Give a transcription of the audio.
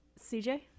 cj